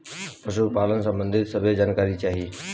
पशुपालन सबंधी सभे जानकारी चाही?